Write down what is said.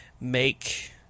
make